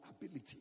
ability